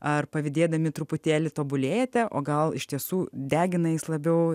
ar pavydėdami truputėlį tobulėjate o gal iš tiesų degina jis labiau